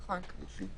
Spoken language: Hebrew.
נכון.